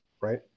right